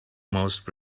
most